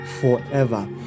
forever